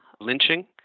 lynching